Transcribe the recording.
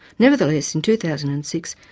nevertheless, in two thousand and six,